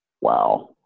Wow